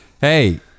hey